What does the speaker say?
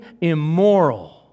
immoral